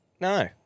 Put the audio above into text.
No